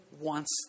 wants